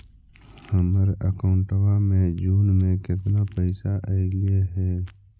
हमर अकाउँटवा मे जून में केतना पैसा अईले हे?